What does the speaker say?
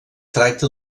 tracta